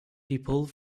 people